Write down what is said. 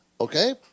Okay